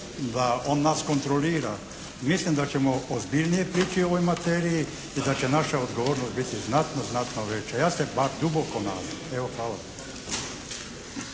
da on nas kontrolira mislim da ćemo ozbiljnije prići materiji i da će naša odgovornost biti znatno, znatno veća. Ja se bar duboko nadam. Evo hvala